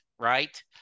right